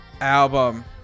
album